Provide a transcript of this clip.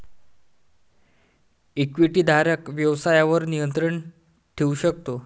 इक्विटीधारक व्यवसायावर नियंत्रण ठेवू शकतो